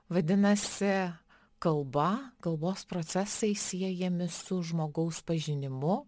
vadinasi kalba kalbos procesai siejami su žmogaus pažinimu